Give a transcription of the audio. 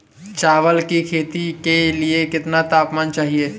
चावल की खेती के लिए कितना तापमान चाहिए?